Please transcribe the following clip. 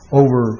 over